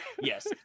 Yes